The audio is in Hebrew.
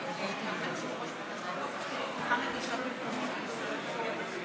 ההצבעה של חבר הכנסת חמד עמאר לא נקלטה,